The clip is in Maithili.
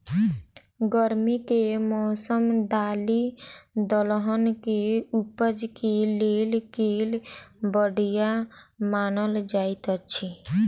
गर्मी केँ मौसम दालि दलहन केँ उपज केँ लेल केल बढ़िया मानल जाइत अछि?